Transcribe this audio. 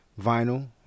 vinyl